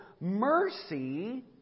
mercy